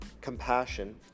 compassion